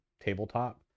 tabletop